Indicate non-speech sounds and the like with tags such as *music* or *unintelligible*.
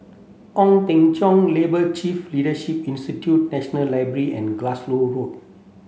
Ong Teng Cheong Labour *unintelligible* Leadership Institute National Library and Glasgow *unintelligible*